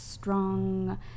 Strong